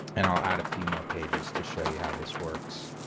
and i'll add a few more pages to show you how this works.